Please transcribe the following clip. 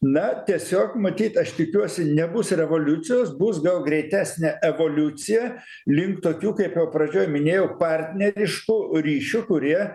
na tiesiog matyt aš tikiuosi nebus revoliucijos bus daug greitesnė evoliucija link tokių kaip jau pradžioj minėjau partneriškų ryšių kurie